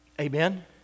Amen